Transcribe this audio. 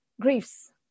griefs